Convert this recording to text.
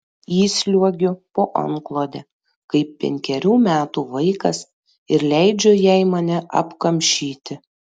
įsliuogiu po antklode kaip penkerių metų vaikas ir leidžiu jai mane apkamšyti